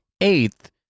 Eighth